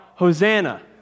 Hosanna